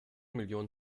millionen